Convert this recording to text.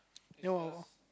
then what about